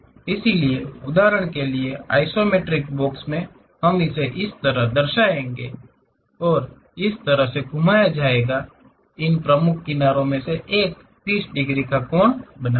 इसलिए उदाहरण के लिए आइसोमेट्रिक बॉक्स में हम इसे इस तरह से दर्शाएंगे कि इसे इस तरह से घुमाया जाएगा कि इन प्रमुख किनारों में से एक 30 डिग्री का कोण बनाता है